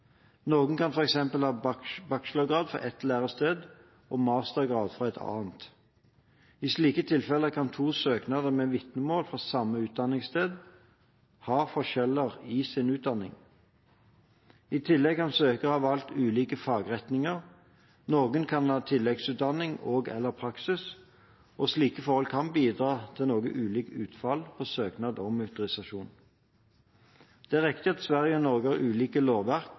Noen kan f.eks. ha bachelorgrad fra ett lærested og mastergrad fra et annet. I slike tilfeller kan to søkere med vitnemål fra samme utdanningssted ha forskjeller i sin utdanning. I tillegg kan søkere ha valgt ulike fagretninger, noen kan ha tilleggsutdanning og/eller praksis, og slike forhold kan bidra til noe ulikt utfall på søknad om autorisasjon. Det er riktig at Sverige og Norge har ulike lovverk